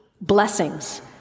blessings